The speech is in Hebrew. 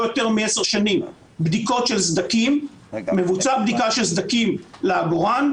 יותר מ-10 שנים מבוצעת בדיקה של סדקים לעגורן,